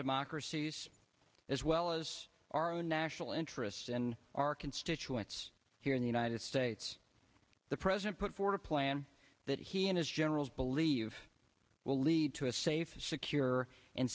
democracies as well as our own national interests and our constituents here in the united states the president put forth a plan that he and his generals believe will lead to a safe and secure